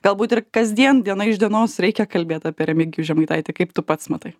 galbūt ir kasdien diena iš dienos reikia kalbėt apie remigijų žemaitaitį kaip tu pats matai